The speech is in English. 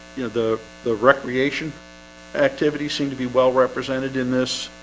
you know the the recreation activities seem to be well represented in this